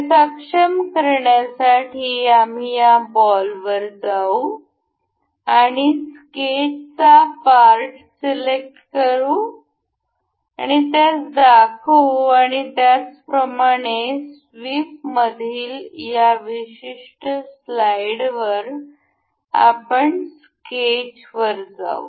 ते सक्षम करण्यासाठी आम्ही या बॉल वर जाऊ आणि स्केचचा पार्ट सिलेक्ट करू आणि त्यास दाखवू आणि त्याप्रमाणेच स्वीप मधील या विशिष्ट स्लाइडवर आपण स्केच वर जाऊ